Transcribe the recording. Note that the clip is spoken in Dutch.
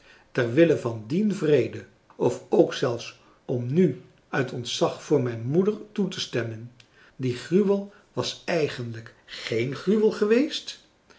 ter wille van dien vrede of ook zelfs om nu uit ontzag voor mijn moeder toe te stemmen die gruwel was eigenlijk géén gruwel geweest